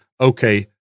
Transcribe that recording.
okay